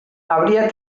habría